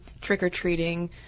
trick-or-treating